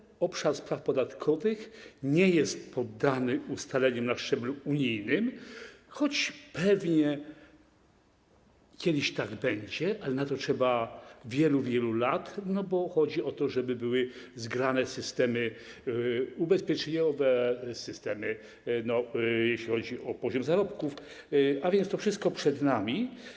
Natomiast obszar spraw podatkowych nie jest poddany ustaleniom na szczeblu unijnym, choć pewnie kiedyś tak będzie, ale na to trzeba wielu, wielu lat, bo chodzi o to, żeby były zgrane systemy ubezpieczeniowe, systemy, jeśli chodzi o poziom zarobków, a więc to wszystko przed nami.